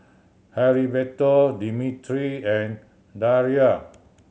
Heriberto Dimitri and Darryle